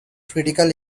critical